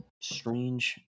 strange